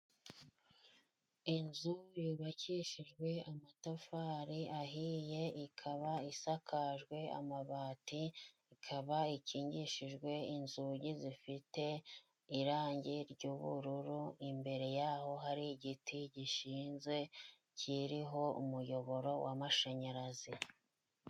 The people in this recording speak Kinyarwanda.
Inzu yubakishijwe amatafari ahiye, ikaba isakajwe amabati, ikaba ikingishijwe inzugi zifite irangi ry'ubururu, imbere yaho hari igiti gishinze, kiriho umuyoboro w'amashanyarazi.